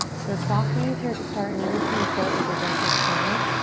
so, soft knees here to start, and you're just gonna start with a gentle sway.